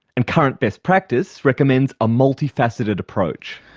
and current best practice recommends a multifaceted approach.